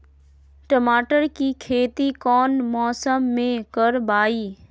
टमाटर की खेती कौन मौसम में करवाई?